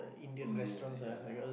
Indian ya